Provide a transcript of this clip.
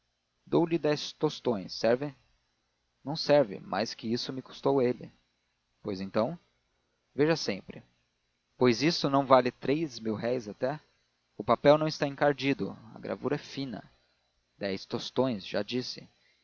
dou-lhe dez tostões serve não serve mais que isso me custou ele pois então veja sempre pois isto não vale até três mil-réis o papel não está encardido a gravura é fina dez tostões já disse